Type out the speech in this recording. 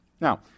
Now